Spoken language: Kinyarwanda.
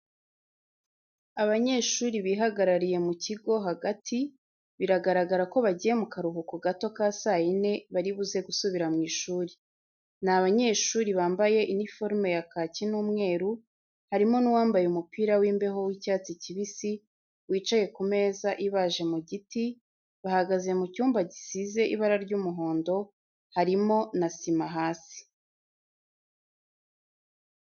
Abanyeshuri bihagarariye mu kigo hagati bigaragara ko bagiye mu karuhuko gato ka saa yine bari buze gusubira mu ishuri. Ni abanyeshuri bambaye iniforume ya kaki n'umweru, harimo n'uwambaye umupira w'imbeho w'icyatsi kibisi wicaye ku meza ibaje mu giti bahagaze mu cyumba gisize ibara ry'umuhondo harimo na sima hasi.